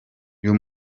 uyu